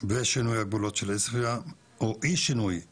ושינוי הגבולות של עוספיה או אי שינוי הדוח,